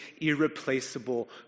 irreplaceable